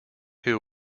who